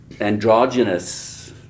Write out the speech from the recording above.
androgynous